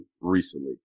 recently